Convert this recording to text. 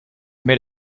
made